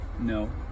No